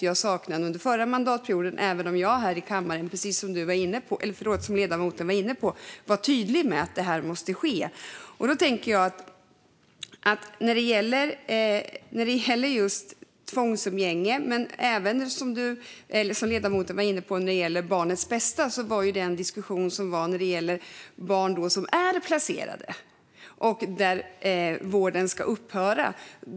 Jag saknade det under den förra mandatperioden även om jag här i kammaren, precis som ledamoten var inne på, var tydlig med att det måste ske. När det gällde just tvångsumgänge men även, som ledamoten var inne på, barnets bästa var det en diskussion som gällde barn som är placerade och där vården ska upphöra.